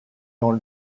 dans